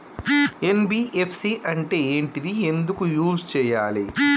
NBFC అంటే ఏంటిది ఎందుకు యూజ్ చేయాలి?